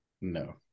No